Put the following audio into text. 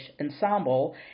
ensemble